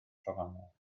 trofannol